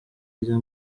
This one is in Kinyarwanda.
rya